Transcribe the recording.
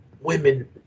women